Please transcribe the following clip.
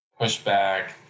pushback